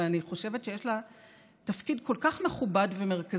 ואני חושבת שיש לה תפקיד כל כך מכובד ומרכזי.